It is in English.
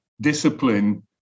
discipline